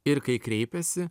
ir kai kreipiasi